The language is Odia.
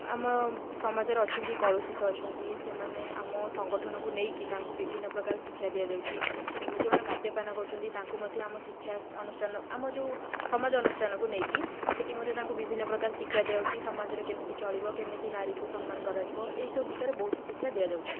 ଆମ ସମାଜରେ ଅଛନ୍ତି କଳୁଷିତ ଅଛନ୍ତି ସେମାନେ ଆମ ସଂଗଠନକୁ ନେଇକି ତାଙ୍କୁ ବିଭିନ୍ନ ପ୍ରକାର ଶିକ୍ଷା ଦିଆଯାଉଛି ଯେଉଁମାନେ ମଦ୍ୟପାନ କରୁଛନ୍ତି ତାଙ୍କୁ ମଧ୍ୟ ଆମ ଶିକ୍ଷାନୁଷ୍ଠାନ ଆମ ଯେଉଁ ସମାଜ ଅନୁଷ୍ଠାନକୁ ନେଇକି ସେଇଠି ମଧ୍ୟ ତାଙ୍କୁ ବିଭିନ୍ନ ପ୍ରକାର ଶିକ୍ଷା ଦିଆଯାଉଛି ସମାଜରେ କେମିତି ଚଳିବ କେମିତି ନାରୀକୁ ସମ୍ମାନ କରାଯିବ ଏହିସବୁ ବିଷୟରେ ବହୁତ ଶିକ୍ଷା ଦିଆଯାଉଛି